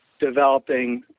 developing